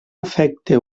efecte